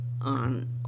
on